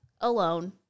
alone